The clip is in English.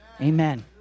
Amen